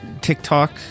TikTok